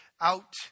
out